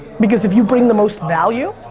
because if you bring the most value,